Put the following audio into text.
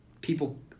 people